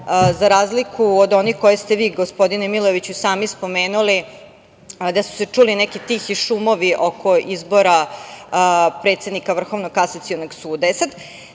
za razliku od onih koje ste vi gospodine Milojeviću sami spomenuli, a da su se čuli neki tihi šumovi oko izbora predsednika Vrhovnog kasacionog suda. Ti